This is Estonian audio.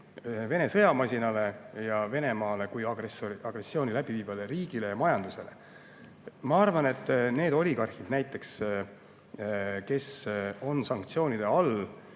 Vene sõjamasinale ja Venemaale kui agressiooni läbiviivale riigile, tema majandusele. Ma arvan, et need oligarhid, kes on sanktsioonide all